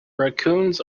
raccoons